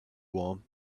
warm